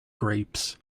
grapes